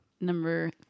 Number